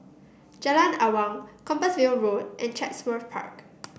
Jalan Awang Compassvale Road and Chatsworth Park